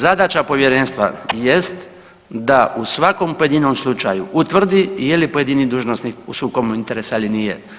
Zadaća povjerenstva jest da u svakom pojedinom slučaju utvrdi je li pojedini dužnosnik u sukobu interesa ili nije.